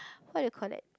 what do you call that